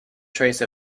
trace